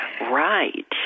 Right